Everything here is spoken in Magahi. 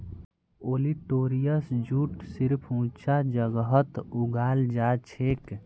ओलिटोरियस जूट सिर्फ ऊंचा जगहत उगाल जाछेक